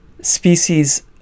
species